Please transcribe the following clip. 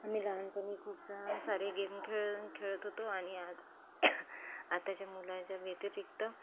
आम्ही लहानपणी खूप सा सारे गेम खेळ खेळत होतो आणि आ आताच्या मुलांच्याव्यतिरिक्त